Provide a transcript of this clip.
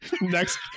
Next